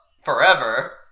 Forever